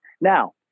Now